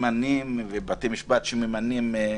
על בתי משפט שממנים.